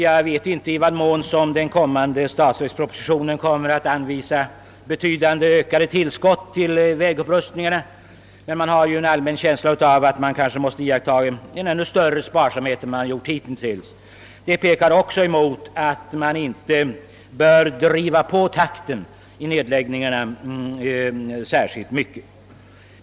Jag vet inte i vad mån man i den kommande statsverkspropositionen ämnar anvisa ökade tillskott till vägupprustningarna, men jag har en allmän känsla av att man även härvidlag måste iaktta restriktivitet. Detta pekar också på att man inte bör alltför mycket driva på nedläggningstakten.